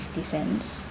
fifty cents